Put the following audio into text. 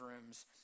rooms